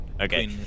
Okay